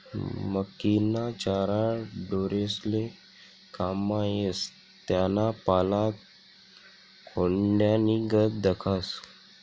मक्कीना चारा ढोरेस्ले काममा येस त्याना पाला खोंड्यानीगत दखास